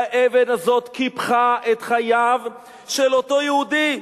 והאבן הזאת קיפחה את חייו של אותו יהודי,